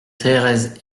thérèse